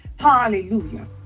Hallelujah